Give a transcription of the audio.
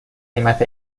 قیمت